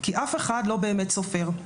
כי אף אחד לא באמת סופר.